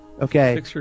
Okay